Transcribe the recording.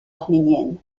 arménienne